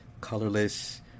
colorless